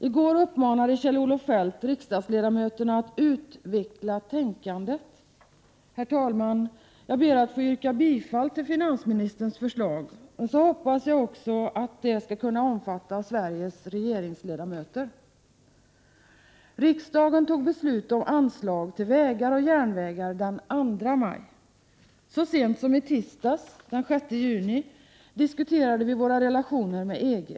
I går uppmanade Kjell-Olof Feldt riksdagsledamöterna att utveckla tänkandet. Fru talman! Jag ber att få yrka bifall till finansministerns förslag, och jag hoppas att det också skall kunna omfatta Sveriges regeringsledamöter. Riksdagen fattade beslut om anslag till vägar och järnvägar den 2 maj. Så sent som i tisdags, den 6 juni, diskuterades våra relationer med EG.